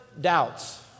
doubts